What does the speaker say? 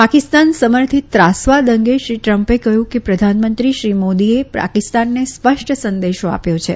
પાકિસ્તાન સમર્થીત ત્રાસવાદ અંગે શ્રી ટ્રમ્પે કહયું કે પ્રધાનમંત્રી શ્રી મોદીએ પાકિસ્તાનને સ્પષ્ટ સંદેશો આપ્યો છે